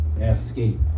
escape